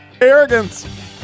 arrogance